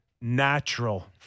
natural